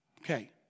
Okay